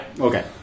Okay